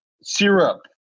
Syrup